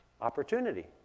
opportunity